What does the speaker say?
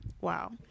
Wow